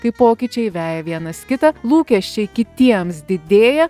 kai pokyčiai veja vienas kitą lūkesčiai kitiems didėja